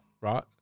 right